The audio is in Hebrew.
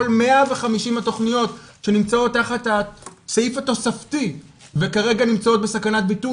כל 150 התוכניות שנמצאות תחת הסעיף התוספתי וכרגע נמצאות בסכנת ביטול,